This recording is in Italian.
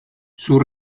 sul